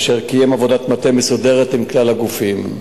אשר קיים עבודת מטה מסודרת עם כלל הגופים.